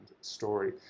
story